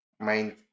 main